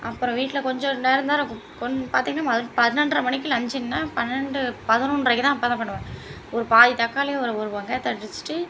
அப்புறம் வீட்டில் கொஞ்சம் நேரம் நேரம் கு கொஞ் பார்த்தீங்கன்னா மொதல் பன்னெண்ட்ரை மணிக்கு லன்ச்சுன்னால் பன்னெண்டு பதினொன்ரைக்குதான் அப்போதான் பண்ணுவேன் ஒரு பாதி தக்காளி ஒரு ஒரு வெங்காயத்தை அடித்துட்டு